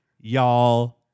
y'all